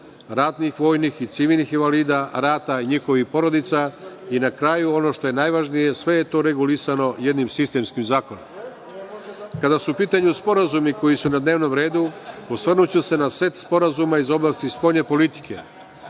ratnih, vojnih i civilnih invalida rata i njihovih porodica. Na kraju, ono što je najvažnije, sve je to regulisano jednim sistemskim zakonom. Kada su u pitanju sporazumi koji su na dnevnom redu, osvrnuću se na set sporazuma iz oblasti spoljne politike,